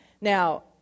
Now